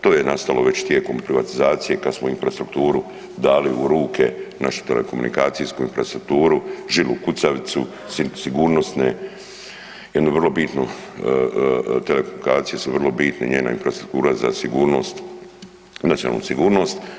To je nastalo već tijekom privatizacije kad smo infrastrukturu dali u ruke, našu telekomunikacijsku infrastrukturu, žilu kucavicu sigurnosne, jednu vrlo bitnu, telekomunikacije su vrlo bitne i njena infrastruktura za sigurnost, nacionalnu sigurnost.